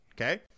okay